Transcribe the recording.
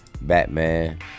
Batman